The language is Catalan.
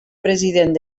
president